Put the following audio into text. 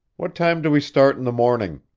what time do we start in the morning?